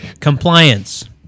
Compliance